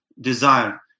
desire